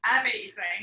amazing